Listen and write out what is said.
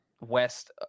west